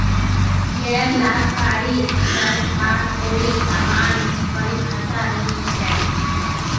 गैर लाभकारी संस्थार कोई समान परिभाषा नी छेक